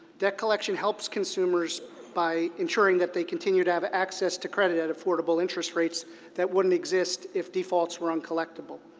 debt collection helps consumers by ensuring that they continue to have access to credit at affordable interest rates that wouldn't exist if defaults were uncollectable.